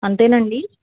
అంతేనండి